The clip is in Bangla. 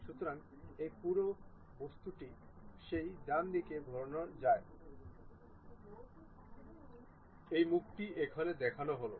সুতরাং এই পুরো বস্তুটি সেই ডানদিকে ঘোরানো যার মুখটি এখানে দেখানো হলো